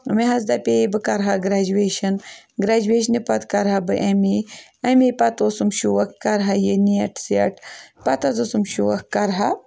مےٚ حظ دَپے بہٕ کَرٕ ہا گریجویشَن گریجویشنہِ پَتہٕ کَرٕ ہا بہٕ اٮ۪م اے اٮ۪م اے پَتہٕ اوسُم شوق کَرٕ ہا یہِ نیٹ سیٚٹ پَتہٕ حظ اوسُم شوق کَرٕ ہا